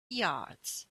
yards